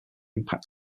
impact